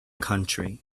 country